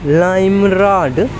lime lord